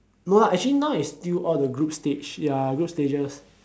no lah actually now is still all the group stage ya group stages